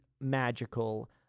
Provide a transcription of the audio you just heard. magical